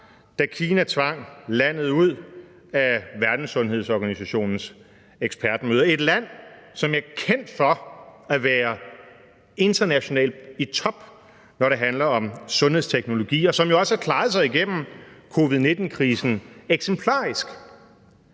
da Kina tvang landet til ikke at deltage i Verdenssundhedsorganisationens ekspertmøder. Det er et land, som er kendt for at være internationalt i top, når det handler om sundhedsteknologier, og som jo også har klaret sig igennem covid-19-krisen eksemplarisk.